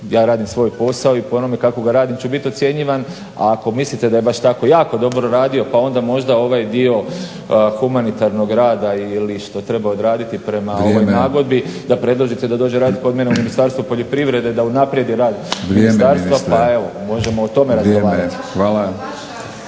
Ja radim svoj posao i po onome kako ga radim ću biti ocjenjivan a ako mislite da je baš tako jako dobro radio pa onda možda ovaj dio humanitarnog rada ili što je trebao odraditi prema ovoj nagodbi da predložite da dođe raditi kod mene u Ministarstvo poljoprivrede da unaprijedi rad ministarstva pa evo možemo o tome razgovarati. **Batinić,